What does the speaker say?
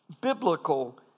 biblical